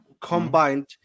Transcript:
combined